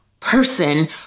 person